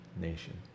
nation